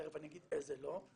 תיכף אני אגיד איזה לא,